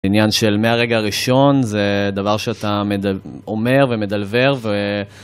עניין של מהרגע הראשון זה דבר שאתה אומר ומדלבר ו...